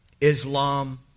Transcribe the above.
Islam